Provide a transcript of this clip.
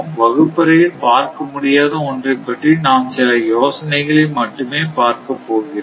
வகுப்பறையில் பார்க்க முடியாத ஒன்றை பற்றி நாம் சில யோசனைகளை மட்டுமே பார்க்கப் போகிறோம்